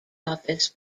office